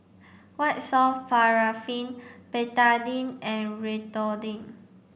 white soft paraffin Betadine and Redoxon